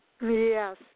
Yes